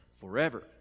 forever